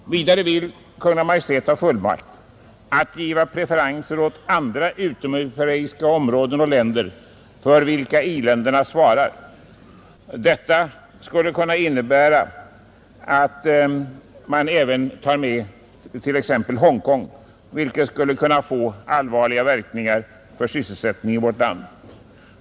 Kungl. Maj:t vill också ha fullmakt att ge preferenser åt andra utomeuropeiska områden och länder för vilka i-länderna svarar. Detta skulle kunna innebära att man även tar med t.ex. Hongkong, vilket skulle kunna få allvarliga verkningar för sysselsättningen i vårt land.